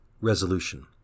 resolution